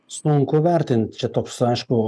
sunku vertint čia toks aišku